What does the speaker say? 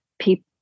people